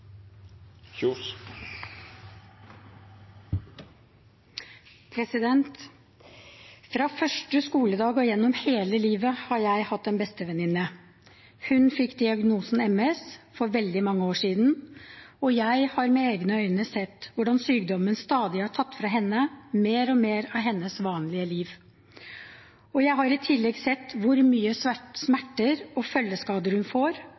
Fra første skoledag og gjennom hele livet har jeg hatt en bestevenninne. Hun fikk diagnosen MS for veldig mange år siden, og jeg har med egne øyne sett hvordan sykdommen stadig har tatt fra henne mer og mer av hennes vanlige liv. Jeg har i tillegg sett hvor mye smerter og følgeskader hun får,